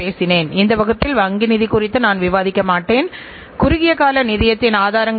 படத்தில் காட்டப்பட்டுள்ள இந்த தரக் கட்டுப்பாட்டு வரைபடம் சில குறைபாடுகளை புரிந்துகொள்ள உதவும்